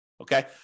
Okay